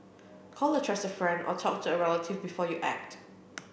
call a trusted friend or talk to a relative before you act